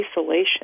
isolation